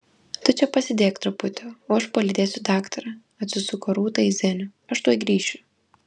tu čia pasėdėk truputį o aš palydėsiu daktarą atsisuko rūta į zenių aš tuoj grįšiu